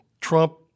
Trump